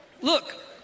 Look